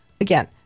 again